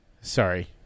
Sorry